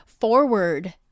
forward